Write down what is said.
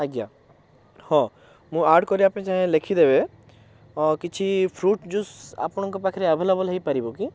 ଆଜ୍ଞା ହଁ ମୁଁ ଆଡ଼ କରିବା ପାଇଁ ଚାହେଁ ଲେଖିଦେବେ ଅ କିଛି ଫ୍ରୂଟ୍ ଜୁସ୍ ଆପଣଙ୍କ ପାଖରେ ଆଭେଲେବଲ୍ ହେଇପାରିବ କି